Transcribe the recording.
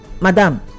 madam